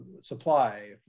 supply